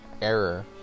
error